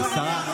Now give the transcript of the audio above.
הכול בסדר.